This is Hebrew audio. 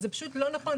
זה פשוט לא נכון,